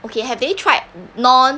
okay have they tried non